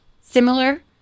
similar